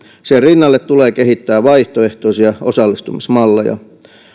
sen rinnalle tulee kehittää vaihtoehtoisia osallistumismalleja